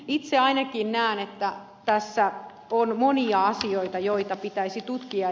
itse ainakin näen että tässä on monia asioita joita pitäisi tutkia